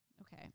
Okay